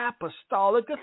apostolic